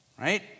Right